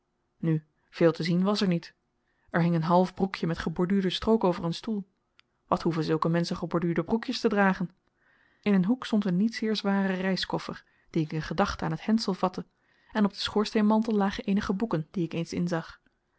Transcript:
nu veel te zien was er niet er hing een half broekje met geborduurde strook over een stoel wat hoeven zulke menschen geborduurde broekjes te dragen in een hoek stond een niet zeer zware reiskoffer dien ik in gedachte aan het hengsel vatte en op den schoorsteenmantel lagen eenige boeken die ik eens inzag